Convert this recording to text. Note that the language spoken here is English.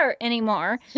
anymore